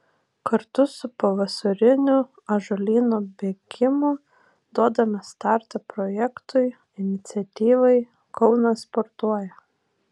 kartu su pavasariniu ąžuolyno bėgimu duodame startą projektui iniciatyvai kaunas sportuoja